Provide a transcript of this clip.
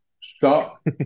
stop